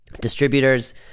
distributors